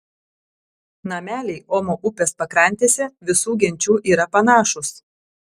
nameliai omo upės pakrantėse visų genčių yra panašūs